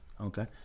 Okay